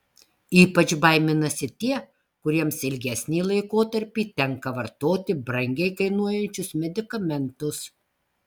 ypač baiminasi tie kuriems ilgesnį laikotarpį tenka vartoti brangiai kainuojančius medikamentus